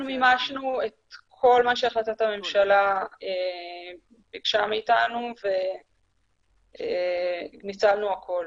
אנחנו מימשנו את כל מה שהחלטת הממשלה ביקשה מאיתנו וניצלנו הכול,